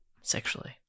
sexually